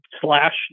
slash